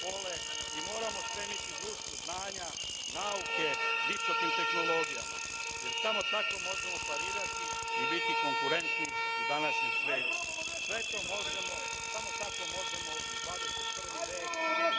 moramo stremiti društvu znanja, nauke, visokim tehnologijama, jer samo tako možemo parirati i biti konkurentni u današnjem svetu. Sve to možemo. Samo tako možemo u 21.